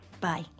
Bye